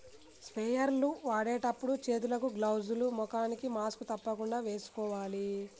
sprayer లు వాడేటప్పుడు చేతులకు గ్లౌజ్ లు, ముఖానికి మాస్క్ తప్పకుండా వేసుకోవాలి